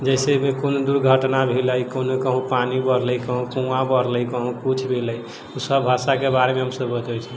जैसे कोनो दुर्घटना भेलै कोनो कहूँ पानि बढ़लै कहूँ कुआँ बढ़लै कहूँ किछु भेलै तऽ सब भाषाके बारेमे हमसब बतबै छी